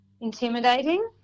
intimidating